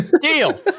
Deal